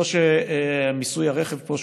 לא שמיסוי הרכב פה,